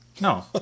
No